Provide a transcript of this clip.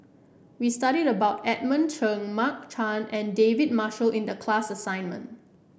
we studied about Edmund Cheng Mark Chan and David Marshall in the class assignment